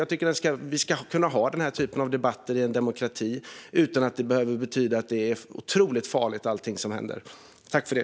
Jag tycker att vi ska kunna ha den här typen av debatter i en demokrati utan att det behöver betyda att allting som händer är otroligt farligt.